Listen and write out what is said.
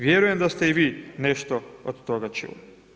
Vjerujem da ste i vi nešto od toga čuli.